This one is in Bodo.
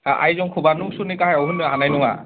आयजंखौबा नयस'नि गाहायाव होनो हानाय नङा